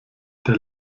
der